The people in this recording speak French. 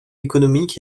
économique